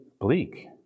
bleak